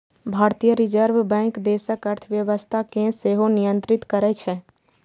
भारतीय Reserve Bank देशक अर्थव्यवस्था कें सेहो नियंत्रित करै छै